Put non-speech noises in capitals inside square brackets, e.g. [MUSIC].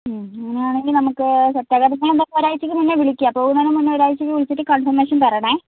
ഉം അങ്ങനെയാണെങ്കില് നമുക്ക് [UNINTELLIGIBLE] നിങ്ങളൊരാഴ്ചയ്ക്ക് മുന്നേ വിളിക്കുക പോകുന്നതിന് മുന്നേ ഒരാഴ്ചയ്ക്ക് മുമ്പ് വിളിച്ചിട്ട് കൺഫർമേഷൻ പറയണം